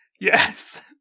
Yes